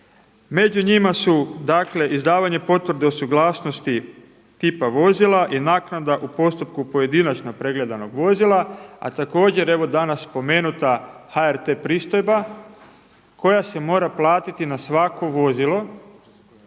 Među njima su, dakle izdavanje potvrde o suglasnosti tipa vozila i naknada u postupku pojedinačno pregledanog vozila, a također evo danas spomenuta HRT pristojba koja se mora platiti na svako vozilo